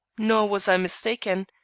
nor was i mistaken.